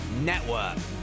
Network